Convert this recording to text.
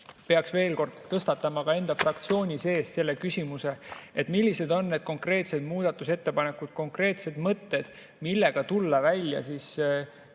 peaks veel kord tõstatama ka enda fraktsiooni sees selle küsimuse, millised on konkreetsed muudatusettepanekud, konkreetsed mõtted, millega tulla välja,